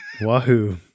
Wahoo